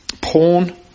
porn